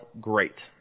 great